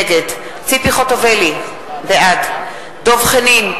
נגד ציפי חוטובלי, בעד דב חנין,